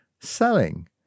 selling